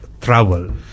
travel